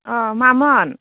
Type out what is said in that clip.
अह मामोन